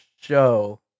show